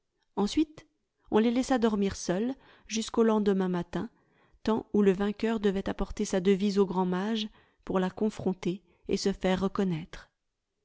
ensuite on les laissa dormir seuls jusqu'au lendemain matin temps où le vainqueur devait apporter sa devise au grand mage pour la confronter et se faire reconnaître